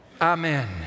Amen